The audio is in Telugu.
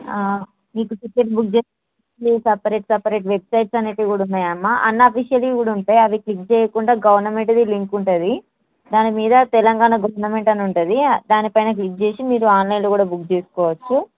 మీకు టికెట్ బుక్ చేసుకో సపరేట్ సపరేట్ వెబ్సైట్స్ అనేవి కూడా ఉన్నాయి అమ్మ అనఫిషియల్వి కూడా ఉంటాయి అవి క్లిక్ చేయకుండా గవర్నమెంట్ లింక్ ఉంటుంది దానిమీద తెలంగాణ గవర్నమెంట్ అని ఉంటుంది దానిపైన క్లిక్ చేసి మీరు ఆన్లైన్లో కూడా బుక్ చేసుకోవచ్చు